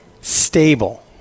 stable